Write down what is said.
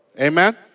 Amen